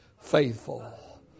faithful